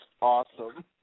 awesome